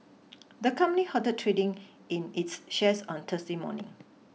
the company halted trading in its shares on Thursday morning